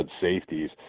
safeties